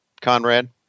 Conrad